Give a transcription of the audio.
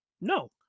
No